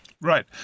Right